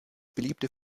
beliebte